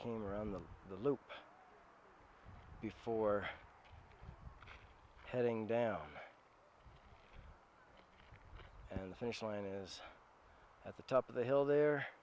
came around the loop before heading down and the finish line is at the top of the hill the